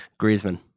Griezmann